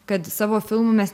kad savo filmu mes